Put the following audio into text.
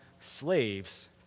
slaves